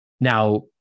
Now